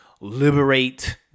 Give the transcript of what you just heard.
liberate